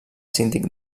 síndic